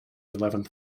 eleventh